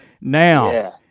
now